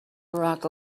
barack